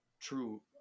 true